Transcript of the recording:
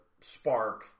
spark